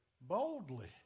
Boldly